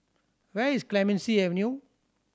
where is Clemenceau Avenue